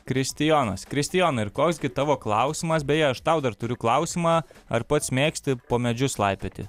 kristijonas kristijonai ir koks gi tavo klausimas beje aš tau dar turiu klausimą ar pats mėgsti po medžius laipioti